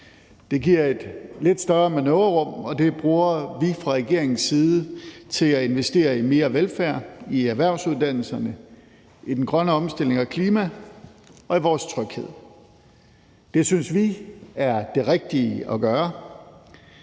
Det giver et lidt større manøvrerum, og det bruger vi fra regeringens side til at investere i mere velfærd, i erhvervsuddannelserne, i den grønne omstilling, i klima og i vores tryghed. Det synes vi er det rigtige at gøre.